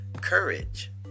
courage